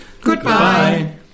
goodbye